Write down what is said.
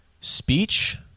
speech